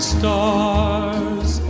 stars